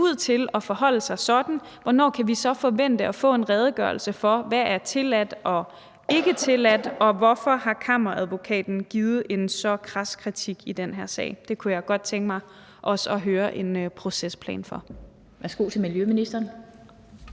ud til at forholde sig sådan. Hvornår kan vi så forvente at få en redegørelse for, hvad der er tilladt, og hvad der ikke er tilladt, og hvorfor har Kammeradvokaten givet en så kras kritik i den her sag? Det kunne jeg godt tænke mig også at høre en procesplan for. Kl. 14:39 Den